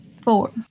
Four